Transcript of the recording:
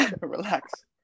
Relax